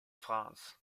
france